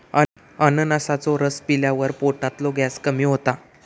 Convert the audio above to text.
अननसाचो रस पिल्यावर पोटातलो गॅस कमी होता